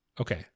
Okay